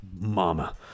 mama